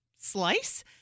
slice